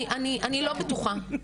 אני לא בטוחה,